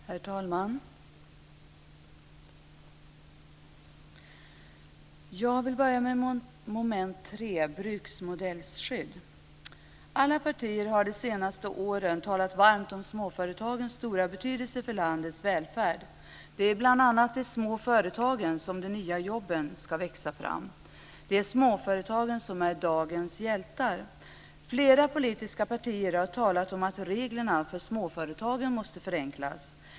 Herr talman! Jag vill börja med mom. 3 beträffande bruksmodellskydd. Alla partier har de senaste åren talat varmt om småföretagens stora betydelse för landets välfärd. Det är bland alla de små företagen som de nya jobben ska växa fram. Det är småföretagarna som är dagens hjältar. Flera politiska partier har talat om att reglerna för småföretagen måste förenklas.